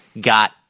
got